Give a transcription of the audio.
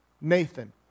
Nathan